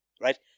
Right